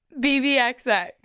bbxx